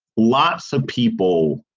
lots of people.